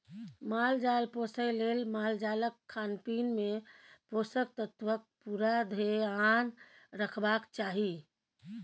माल जाल पोसय लेल मालजालक खानपीन मे पोषक तत्वक पुरा धेआन रखबाक चाही